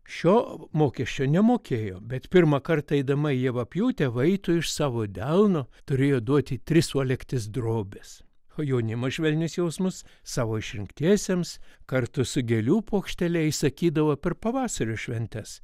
šio mokesčio nemokėjo bet pirmą kartą eidama į javapjūtę vaitui iš savo delno turėjo duoti tris uolektis drobės o jaunimas švelnius jausmus savo išrinktiesiems kartu su gėlių puokštele įsakydavo per pavasario šventes